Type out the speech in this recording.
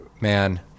man